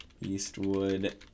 Eastwood